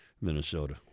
Minnesota